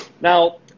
Now